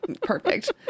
perfect